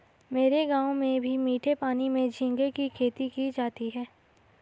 मेरे गांव में भी मीठे पानी में झींगे की खेती की जाती है